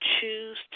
choose